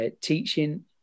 teaching